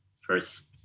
first